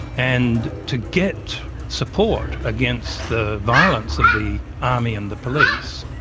and to get support against the violence of the army and the police,